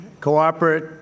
cooperate